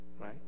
right